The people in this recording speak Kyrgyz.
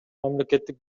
мамлекеттик